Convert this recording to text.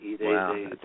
Wow